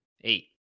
Eight